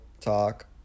talk